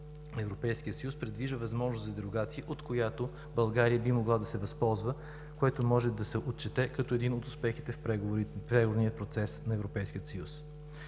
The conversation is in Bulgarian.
предвижда възможност за дерогация, от която България би могла да се възползва, което може да се отчете като един от успехите в преговорния процес на